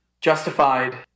justified